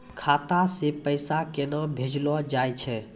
खाता से पैसा केना भेजलो जाय छै?